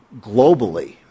globally